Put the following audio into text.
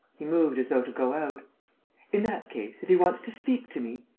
he moved as though to go out in that case, if he wants to speak to me.